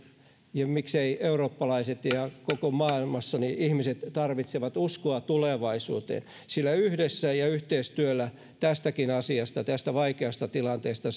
ja miksei eurooppalaiset ja ihmiset koko maailmassa tarvitsevat uskoa tulevaisuuteen sillä yhdessä ja yhteistyöllä tästäkin asiasta tästä vaikeasta tilanteesta